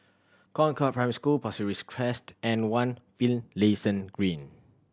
Concord Primary School Pasir Ris Crest and One Finlayson Green